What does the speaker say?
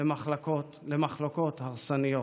למחלוקות הרסניות.